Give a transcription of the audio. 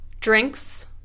drinks